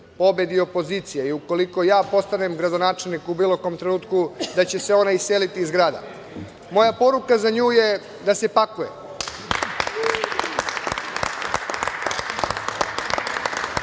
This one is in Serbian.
pobedi opozicija ili ukoliko ja postanem gradonačelnik u bilo kom trenutku, da će se ona iseliti iz grada. Moja poruka za nju je da se pakuje!